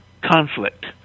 conflict